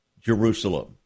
Jerusalem